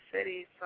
City